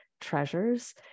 treasures